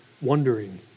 wondering